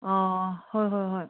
ꯑꯥ ꯍꯣꯏ ꯍꯣꯏ ꯍꯣꯏ